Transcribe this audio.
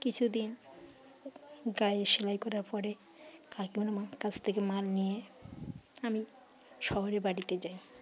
কিছুদিন গায়ে সেলাই করার পরে কাকিমার কাছ থেকে মাল নিয়ে আমি শহরে বাড়িতে যাই